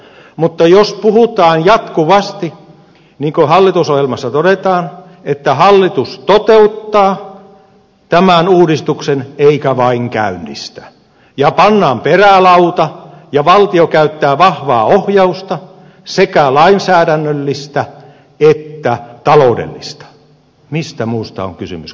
mutta jos puhutaan jatkuvasti niin kuin hallitusohjelmassa todetaan että hallitus toteuttaa tämän uudistuksen eikä vain käynnistä ja pannaan perälauta ja valtio käyttää vahvaa ohjausta sekä lainsäädännöllistä että taloudellista mistä muusta on kysymys kuin pakosta